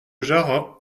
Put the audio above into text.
genre